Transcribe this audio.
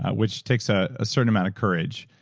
which takes a certain amount of courage.